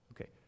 Okay